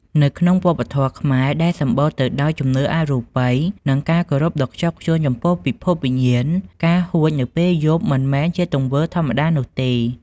នៅក្នុងវប្បធម៌ខ្មែរដែលសម្បូរទៅដោយជំនឿអរូបិយ និងការគោរពដ៏ខ្ជាប់ខ្ជួនចំពោះពិភពវិញ្ញាណ ការហួចនៅពេលយប់មិនមែនជាទង្វើធម្មតានោះទេ។